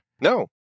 no